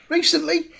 Recently